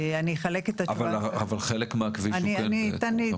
אבל חלק מהכביש הוא כן אצלכם.